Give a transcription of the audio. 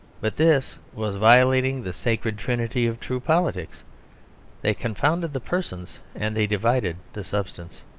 but this was violating the sacred trinity of true politics they confounded the persons and they divided the substance.